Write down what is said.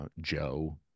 Joe